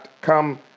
come